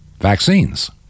vaccines